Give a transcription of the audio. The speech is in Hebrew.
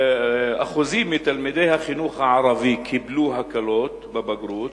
רק 7.5% מתלמידי החינוך הערבי קיבלו הקלות בבגרות,